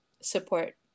support